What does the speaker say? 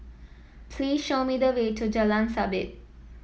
please show me the way to Jalan Sabit